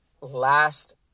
last